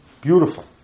Beautiful